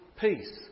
peace